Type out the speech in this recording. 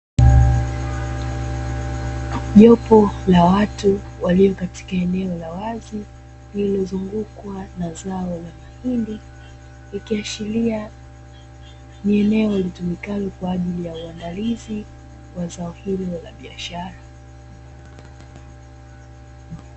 Jopo la watu walio katika eneo la wazi lililozungukwa na zao la mahindi ikiashiria ni eneo litumikalo kwa ajili ya uandalizi wa zao hilo la biashara.